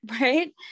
Right